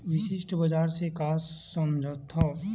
विशिष्ट बजार से का समझथव?